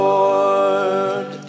Lord